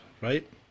right